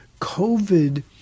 COVID